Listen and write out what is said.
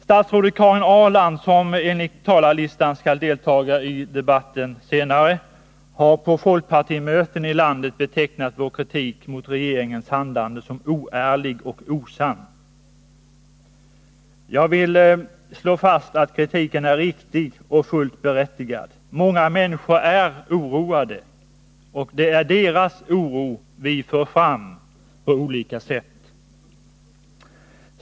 Statsrådet Karin Ahrland, som enligt talarlistan skall delta i debatten, har på folkpartimöten i landet betecknat vår kritik mot regeringens handlande som oärlig och osann. Jag vill slå fast att kritiken är riktig och fullt berättigad. Många människor är oroade, och det är deras oro vi för fram på olika sätt.